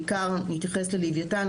בעיקר נתייחס ללויתן,